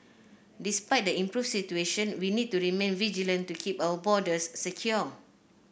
despite the improved situation we need to remain vigilant to keep our borders secure